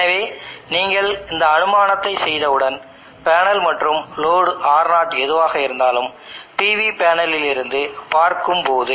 உண்மையில் இந்த அனுமானம் நாம் செய்த வோல்டேஜ் அனுமானத்தை விட மிகவும் வலிமையானது